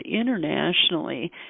internationally